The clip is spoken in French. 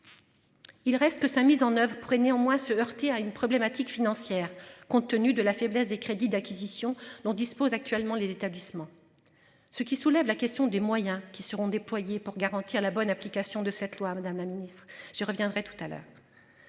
Il reste que sa mise en oeuvre pourrait néanmoins se heurter à une problématique financière compte tenu de la faiblesse des crédits d'acquisitions dont disposent actuellement les établissements. Ce qui soulève la question des moyens qui seront déployés pour garantir la bonne application de cette loi Madame la Ministre je reviendrai tout à l'heure.